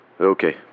Okay